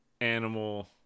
animal